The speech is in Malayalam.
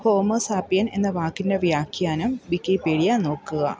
ഹോമോ സാപ്പിയന് എന്ന വാക്കിൻ്റെ വ്യാഖ്യാനം വിക്കിപീഡിയ നോക്കുക